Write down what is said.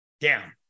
down